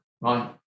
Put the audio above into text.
right